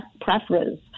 preference